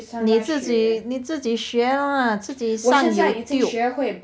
你自己你自己学 ah 自己上 YouTube